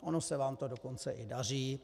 Ono se vám to dokonce i daří.